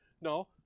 no